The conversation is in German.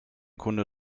kunde